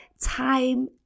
time